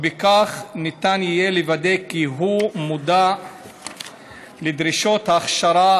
ובכך ניתן יהיה לוודא כי הוא מודע לדרישות ההכשרה,